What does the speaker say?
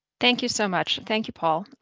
thank you so much, thank you, paul.